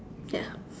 ya